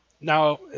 now